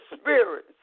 spirits